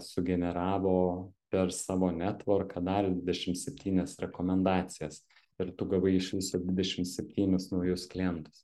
sugeneravo per savo netvorką dar dvidešim septynias rekomendacijas ir tu gavai iš viso dvidešim septynis naujus klientus